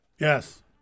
Yes